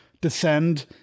descend